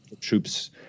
troops